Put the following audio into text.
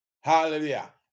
Hallelujah